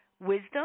wisdom